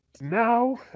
now